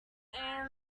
what